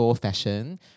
fashion